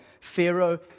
Pharaoh